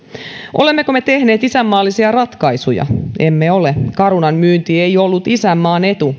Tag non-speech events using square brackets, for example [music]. olemmeko me tehneet isänmaallisia ratkaisuja emme ole carunan myynti ei ollut isänmaan etu [unintelligible]